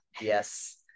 yes